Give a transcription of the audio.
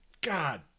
God